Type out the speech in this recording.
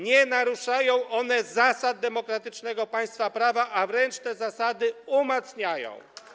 Nie naruszają one zasad demokratycznego państwa prawa, a wręcz te zasady umacniają.